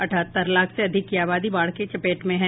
अठहत्तर लाख से अधिक की आबादी बाढ़ की चपेट में है